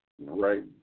right